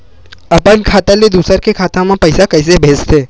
अपन खाता ले दुसर के खाता मा पईसा कइसे भेजथे?